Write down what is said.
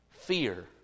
Fear